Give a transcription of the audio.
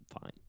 fine